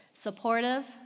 supportive